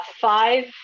Five